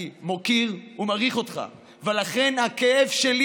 אני מוקיר ומעריך אותך ולכן הכאב שלי,